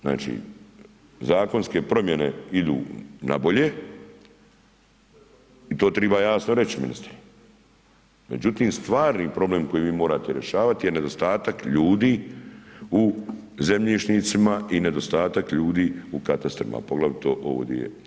Znači, zakonske promjene idu na bolje i to triba jasno reći ministre, međutim stvarni problem koji vi morate rješavati je nedostatak ljudi u zemljišnicima i nedostatak ljudi u kastrima, poglavito ovo di je.